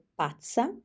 pazza